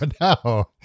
No